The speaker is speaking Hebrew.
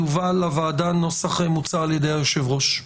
יובא לוועדה נוסח מוצע על ידי היושב-ראש.